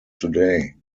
today